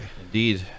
Indeed